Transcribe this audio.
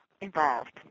involved